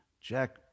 Jack